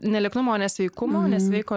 ne lieknumo o nesveikumo nesveiko